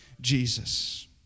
Jesus